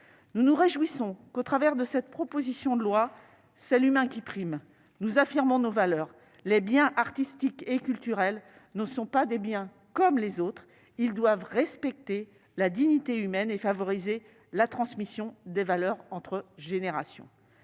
Nous nous réjouissons de voir que, au travers de cette proposition de loi, c'est l'humain qui prime. Nous affirmons nos valeurs. Les biens artistiques et culturels ne sont pas des biens comme les autres. Ils doivent respecter la dignité humaine et favoriser la transmission des valeurs entre générations.